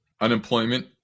unemployment